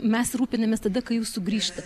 mes rūpinamės tada kai jau sugrįžta